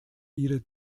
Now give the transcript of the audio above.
ihre